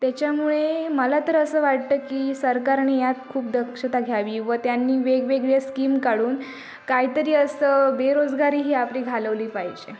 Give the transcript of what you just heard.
त्याच्यामुळे मला तर असं वाटतं की सरकारने यात खूप दक्षता घ्यावी व त्यांनी वेगवेगळ्ये स्कीम काढून काय तरी असं बेरोजगारी ही आपली घालवली पाहिजे